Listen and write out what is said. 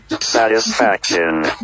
satisfaction